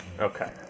Okay